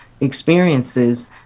experiences